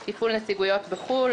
2. תפעול נציגויות בחו"ל,